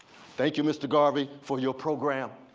thank you, mr. garvey, for your program.